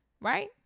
Right